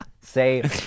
Say